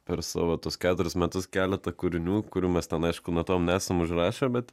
per savo tuos keturis metus keletą kūrinių kurių mes ten aišku natom nesam užrašę bet